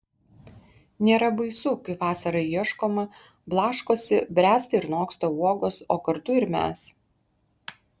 nėra baisu kai vasarą ieškoma blaškosi bręsta ir noksta uogos o kartu ir mes